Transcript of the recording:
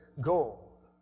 gold